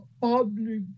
public